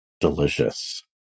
delicious